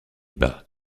bas